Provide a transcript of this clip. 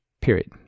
period